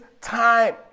time